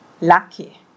Lucky